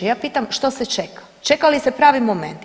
Ja pitam što se čeka, čeka li se pravi moment?